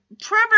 Trevor